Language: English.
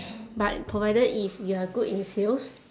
but provided if you are good in sales